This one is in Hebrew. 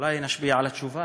שאולי נשפיע על התשובה.